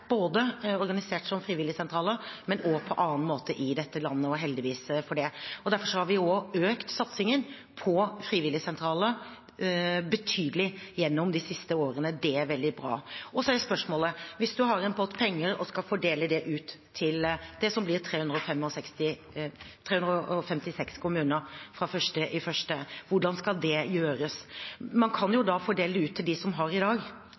både organisert som frivilligsentraler, og også på annen måte i dette landet, heldigvis. Derfor har vi også økt satsingen på frivilligsentraler betydelig gjennom de siste årene. Det er veldig bra. Så er spørsmålet: Hvis man har en pott med penger og skal fordele det ut til det som blir 356 kommuner fra 1. januar 2020, hvordan skal det gjøres? Man kan jo fordele det ut til dem som har frivilligsentraler i dag,